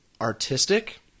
artistic